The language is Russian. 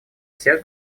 всех